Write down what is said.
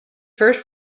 first